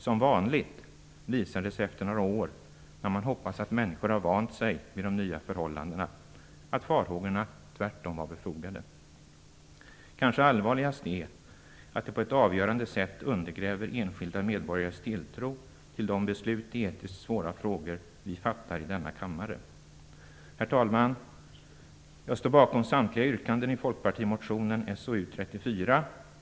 Som vanligt visar det sig efter några år, när man hoppas att människor har vant sig vid de nya förhållandena, att farhågorna tvärtom var befogade. Kanske allvarligast är att det på ett avgörande sätt undergräver enskilda medborgares tilltro till de beslut i etiskt svåra frågor som vi fattar i denna kammare. Herr talman! Jag står bakom samtliga yrkanden i folkpartimotionen So34.